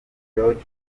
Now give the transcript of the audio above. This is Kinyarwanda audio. george